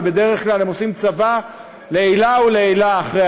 ובדרך כלל הם עושים צבא לעילא ולעילא אחרי